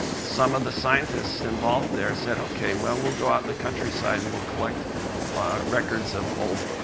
some of the scientists involved there said, okay, well, we'll go out in the countryside and we'll collect records of old